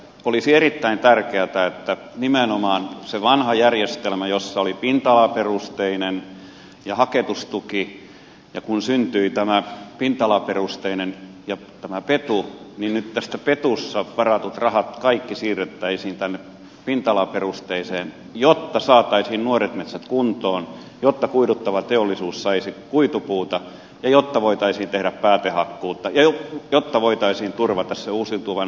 olisi erittäin tärkeätä että kun nimenomaan siinä vanhassa järjestelmässä oli pinta alaperusteinen ja haketustuki ja kun syntyi tämä pinta alaperusteinen ja tämä petu niin nyt petussa varatut rahat kaikki siirrettäisiin tänne pinta alaperusteiseen jotta saataisiin nuoret metsät kuntoon jotta kuiduttava teollisuus saisi kuitupuuta ja jotta voitaisiin tehdä päätehakkuuta ja jotta voitaisiin turvata se uusiutuvan energian tavoite